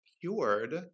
cured